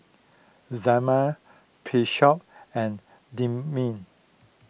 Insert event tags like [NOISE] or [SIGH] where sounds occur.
Zelma Bishop and [UNINTELLIGIBLE]